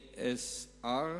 ASR,